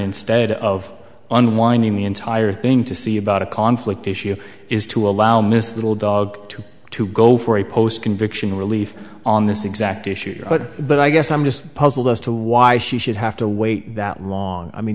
instead of unwinding the entire thing to see about a conflict issue is to allow miss little dog to to go for a post conviction relief on this exact issue but i guess i'm just puzzled as to why she should have to wait that long i mean